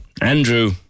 Andrew